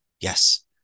Yes